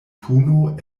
puno